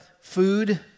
food